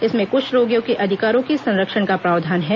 इसमें कृष्ठ रोगियों के अधिकारों के संरक्षण का प्रावधान है